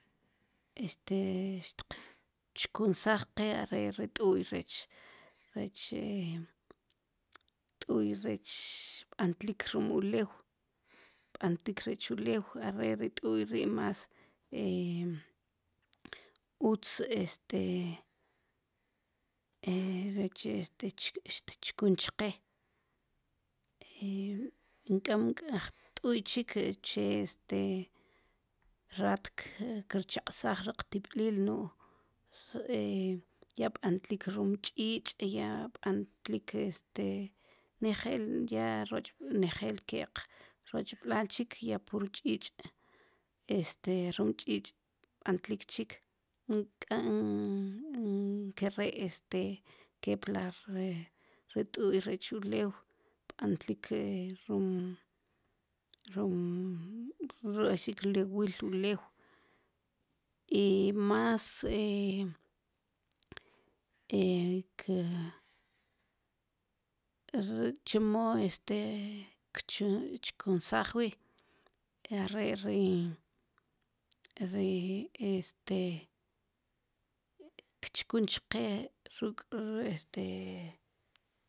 Este xtqchkunsaaj qe are' ri t'u'y rech rech t'u'y rech b'antlik rum ulew b'antlik rech ulew are' ri t'u'y ri mas utz este tchkun chqe enkam wu unk'ej t'u'y chik uche este raat kirchaq'saj ri qtib'liil nu'j ya b'antlik rum ch'iich ya b'antlik este nejel ya nejel ke'q rochb'laal chik ya pur ch'iich' este rum ch'iich' b'antlik chik nkare' este kepla ri t'u'y rech ulew b'antlik rum rum roxik rlewil ulew i mas are' chemo este kchunsaj wi' are' ri ri este kchkun chqe ruk' ri este